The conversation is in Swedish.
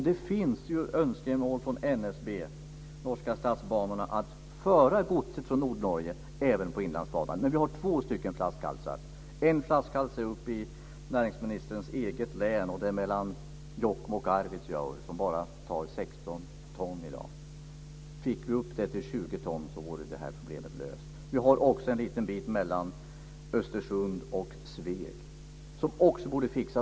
Det finns önskemål från NSB, de norska statsbanorna, att föra godset från Men det finns två flaskhalsar. En finns uppe i näringsministerns eget län - mellan Jokkmokk och Arvidsjaur. Där kan man i dag bara ta 16 ton. Fick vi upp det till 20 ton så vore problemet löst. Det finns också en liten bit mellan Östersund och Sveg som borde fixas.